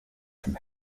from